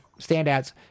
standouts